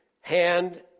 hand